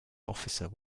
officer